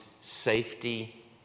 safety